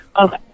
Okay